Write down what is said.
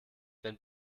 wenn